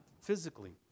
physically